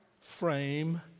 frame